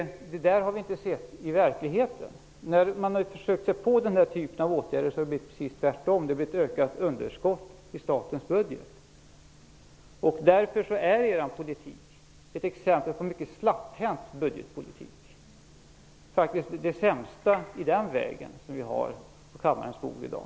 Det har vi inte sett i verkligheten. När man har försökt sig på den typen av åtgärder har det blivit precis tvärtom. Det har blivit ett ökat underskott i statens budget. Därför är er politik ett exempel på mycket slapphänt budgetpolitik. Det är det sämsta i den vägen som vi har på kammarens bord i dag.